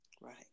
Right